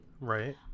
Right